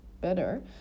better